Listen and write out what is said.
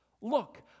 Look